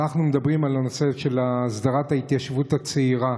אנחנו מדברים על הנושא של הסדרת ההתיישבות הצעירה.